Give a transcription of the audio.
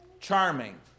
charming